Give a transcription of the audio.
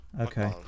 okay